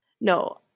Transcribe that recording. No